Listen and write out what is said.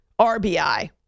RBI